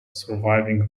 surviving